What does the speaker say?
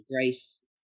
grace